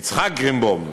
יצחק גרינבוים,